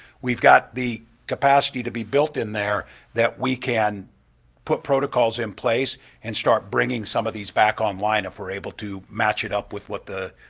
we've got the capacity to be built in there that we can put protocols in place and start bringing some of these back online if we're able to match it up with what the